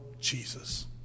Jesus